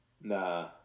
Nah